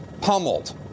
pummeled